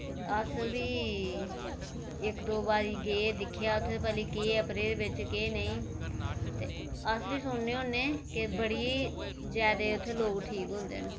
अस बी इक्क दौ बारी गे दिक्खेआ उत्थै भी दिक्खेआ प्रेअर बिच केह् ऐ केह् नेईं ते अस बी सुनने होने कि बड़ी जादै उत्थै लोक ठीक होंदे न